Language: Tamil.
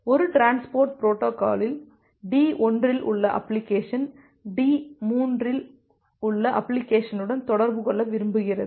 ஒரு டிரான்ஸ்போர்ட் பொரோட்டோகாலில் D1 இல் உள்ள அப்ளிகேஷன் D3 இல் உள்ள அப்ளிகேஷனுடன் தொடர்பு கொள்ள விரும்புகிறது